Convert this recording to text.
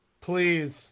please